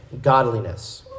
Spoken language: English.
godliness